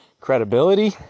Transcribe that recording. credibility